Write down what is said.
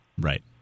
Right